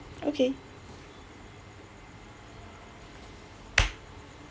okay